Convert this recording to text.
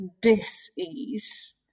dis-ease